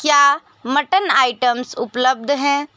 क्या mutton items उपलब्ध हैं